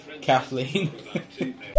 Kathleen